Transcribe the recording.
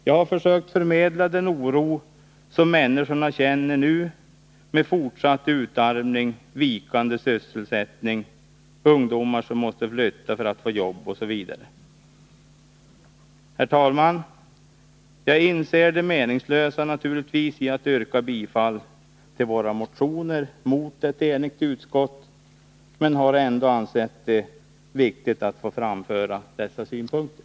Jag har också försökt att förmedla den oro som människorna nu känner för fortsatt utarmning, vikande sysselsättning, ungdomar som måste flytta för att få jobb osv. Herr talman! Jag inser naturligtvis det meningslösa i att yrka bifall till våra motioner, mot ett enigt utskott, men har ändå ansett det vara viktigt att få framföra dessa synpunkter.